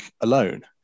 alone